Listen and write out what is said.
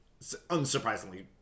unsurprisingly